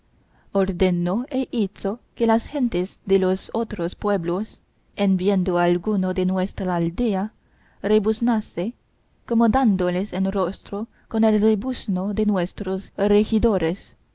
ordenó e hizo que las gentes de los otros pueblos en viendo a alguno de nuestra aldea rebuznase como dándoles en rostro con el rebuzno de nuestros regidores